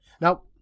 now